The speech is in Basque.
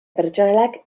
pertsonalak